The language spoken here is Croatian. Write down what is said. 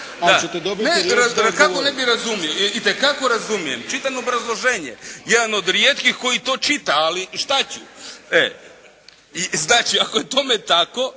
Itekako razumijem. Čitam obrazloženje. Jedan od rijetkih koji to čita, ali šta ću. Znači ako je tome tako,